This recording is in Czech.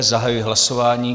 Zahajuji hlasování.